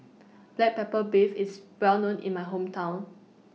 Black Pepper Beef IS Well known in My Hometown